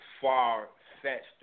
far-fetched